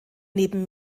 neben